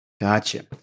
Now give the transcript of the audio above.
Gotcha